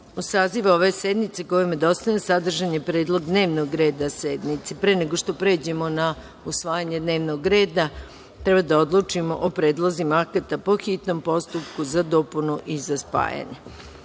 saziv ove sednice koji vam je dostavljen sadržan je Predlog dnevnog reda sednice. Pre nego što pređemo na usvajanje dnevnog reda, treba da odlučimo o predlozima akata po hitnom postupku za dopunu i za spajanje. Stavljam